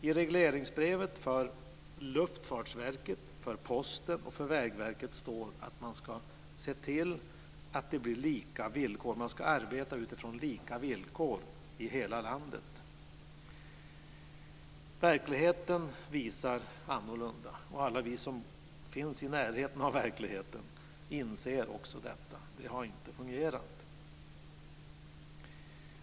I regleringsbrevet för Luftfartsverket, för Posten och för Vägverket står det att man ska arbeta utifrån att det ska bli lika villkor i hela landet. Verkligheten är annorlunda. Alla vi som finns i närheten av verkligheten inser också detta. Det har inte fungerat.